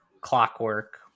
clockwork